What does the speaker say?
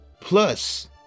plus